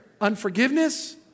Unforgiveness